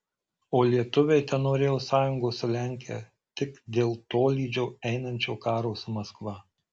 o lietuviai tenorėjo sąjungos su lenkija tik dėl tolydžio einančio karo su maskva